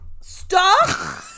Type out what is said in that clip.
Stop